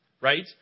right